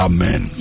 Amen